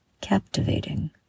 captivating